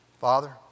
Father